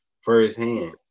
firsthand